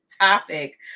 topic